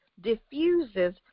diffuses